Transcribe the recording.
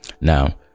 now